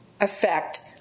effect